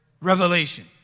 revelation